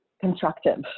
constructive